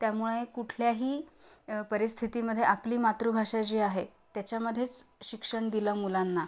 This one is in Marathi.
त्यामुळे कुठल्याही परिस्थितीमध्ये आपली मातृभाषा जी आहे त्याच्यामध्येच शिक्षण दिलं मुलांना